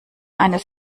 eines